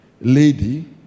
lady